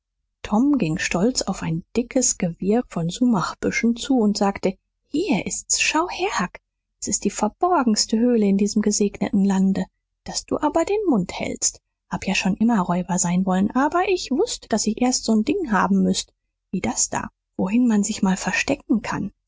tom ging stolz auf ein dickes gewirr von sumachbüschen zu und sagte hier ist's schau her huck s ist die verborgenste höhle in diesem gesegneten lande daß du aber den mund hältst hab ja schon immer räuber sein wollen aber ich wußt daß ich erst so n ding haben müßt wie das da wohin man sich mal verstecken kann